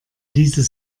ließe